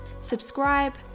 Subscribe